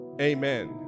Amen